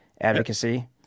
advocacy